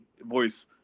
voice